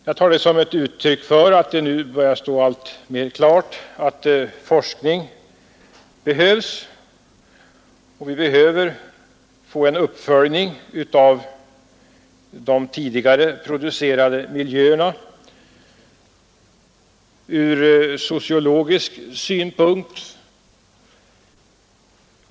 Jag tar detta som ett uttryck för att det nu börjar stå alltmer klart att forskning behövs, att vi behöver få en uppföljning av de tidigare producerade miljöerna ur sociologisk synpunkt.